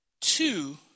two